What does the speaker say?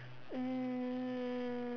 um